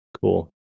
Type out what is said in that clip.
Cool